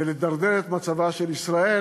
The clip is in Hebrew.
בלדרדר את מצבה של ישראל,